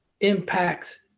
impacts